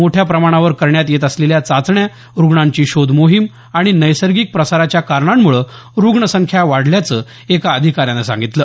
मोठ्या प्रमाणावर करण्यात येत असलेल्या चाचण्या रूग्णांची शोध मोहीम आणि नैसर्गिक प्रसाराच्या कारणांमुळे रूग्ण संख्या वाढल्याचं एका अधिकाऱ्यांनं सांगितलं